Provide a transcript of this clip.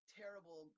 terrible